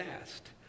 asked